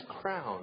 crown